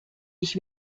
ich